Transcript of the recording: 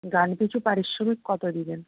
গান পিছু পারিশ্রমিক কত দেবেন